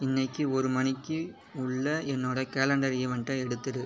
இன்றைக்கு ஒரு மணிக்கு உள்ள என்னோடய கேலண்டர் ஈவன்ட்டை எடுத்துவிடு